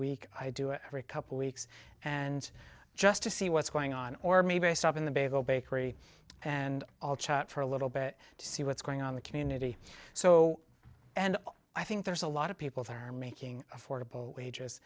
week i do it every couple weeks and just to see what's going on or maybe stop in the bay of a bakery and all chart for a little bit to see what's going on the community so and i think there's a lot of people that are making affordable wages